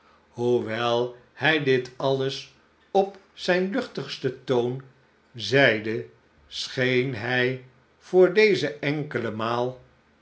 hoewel hij dit alles op zijn luchtigsten toon zeide scheen hij voor deze enkele maal